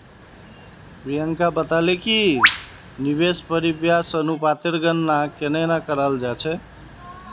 प्रियंका बताले कि निवेश परिव्यास अनुपातेर गणना केन न कराल जा छेक